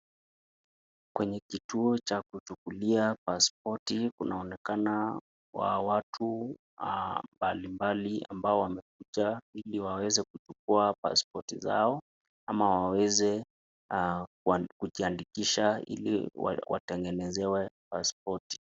Kwenye kituo cha kuchukulia paspoti kunaonekana hawa watu mbalimbali ambao wamekucha ili waweze kujukua paspoti zao ama waweze kujiandikisha ili watengenezewe paspoti